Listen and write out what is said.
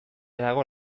dago